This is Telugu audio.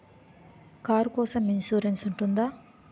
కారు కోసం ఇన్సురెన్స్ ఉంటుందా?